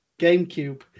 gamecube